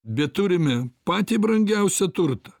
bet turime patį brangiausią turtą